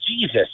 Jesus